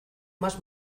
más